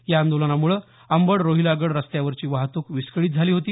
या आंदोलनामुळे अंबड रोहिलागड रस्त्यावरची वाहतूक विस्कळीत झाली होती